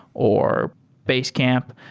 or basecamp.